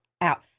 out